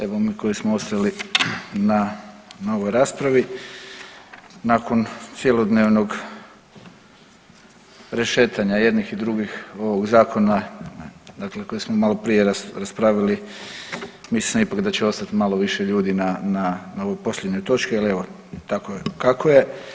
Evo mi koji smo ostali na ovoj raspravi, nakon cjelodnevnog rešetanja i jednih i drugih zakona dakle koje smo malo prije raspravili mislim ipak da će ostati malo više ljudi na ovoj posljednjoj točki, ali evo tako je kako je.